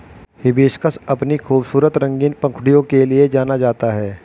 hibiscus अपनी खूबसूरत रंगीन पंखुड़ियों के लिए जाना जाता है